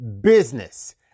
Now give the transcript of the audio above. business